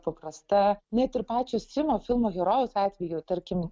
paprasta net ir pačio simo filmo herojaus atveju tarkim